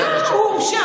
עזוב, הוא הורשע.